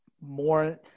more –